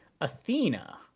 Athena